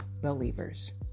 Believers